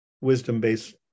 wisdom-based